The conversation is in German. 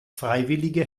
freiwillige